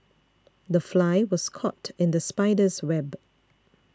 the fly was caught in the spider's web